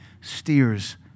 steers